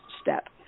step